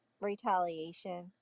retaliation